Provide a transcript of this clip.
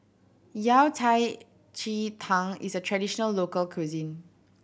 Yao Cai ji tang is a traditional local cuisine